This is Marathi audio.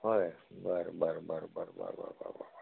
होय बर बर बर बर